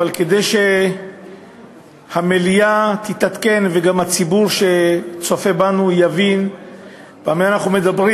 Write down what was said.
אבל כדי שהמליאה תתעדכן וגם הציבור שצופה בנו יבין במה אנחנו מדברים,